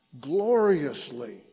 gloriously